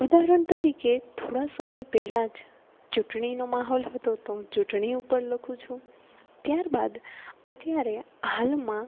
ઉદાહરણ તરીકે થોડા સમય પહેલા જ ચૂંટણીનો માહોલ હતો તો હું ચૂંટણી ઉપર લખું છું ત્યાર બાદ અત્યારે હાલમાં